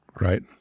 right